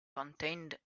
contained